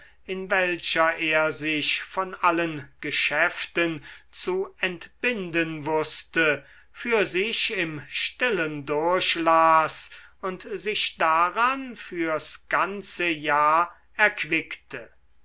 in welcher er sich von allen geschäften zu entbinden wußte für sich im stillen durchlas und sich daran fürs ganze jahr erquickte